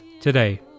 today